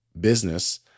business